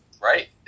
Right